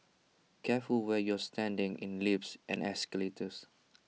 careful where you're standing in lifts and escalators